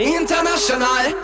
international